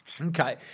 Okay